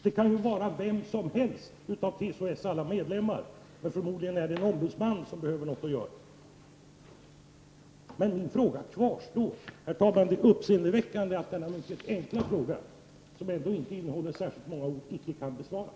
Det kan vara vem som helst av TCO-S alla medlemmar — men förmodligen är det en ombudsman som behöver något att göra. Herr talman! Det är uppseendeväckande att denna mycket enkla fråga, som inte innehåller särskilt många ord, icke kan besvaras.